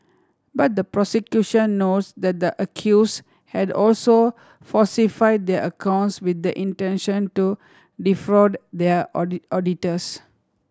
but the prosecution notes that the accuse had also falsified their accounts with the intention to defraud their auditors